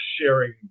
sharing